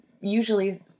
usually